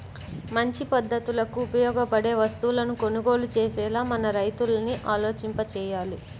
మంచి పద్ధతులకు ఉపయోగపడే వస్తువులను కొనుగోలు చేసేలా మన రైతుల్ని ఆలోచింపచెయ్యాలి